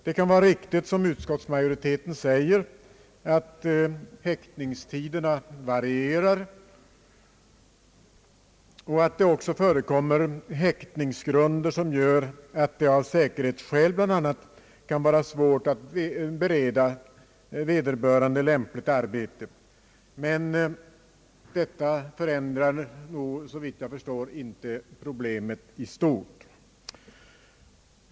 Det kan vara riktigt som utskottsmajoriteten säger, att häktningstiderna varierar, liksom att det förekommer häktningsgrunder som kan göra det svårt, bl.a. av säkerhetsskäl, att bereda vederbörande lämpligt arbete. Men detta förändrar, såvitt jag förstår, inte problemet i stort.